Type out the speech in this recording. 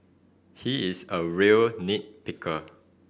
he is a real nit picker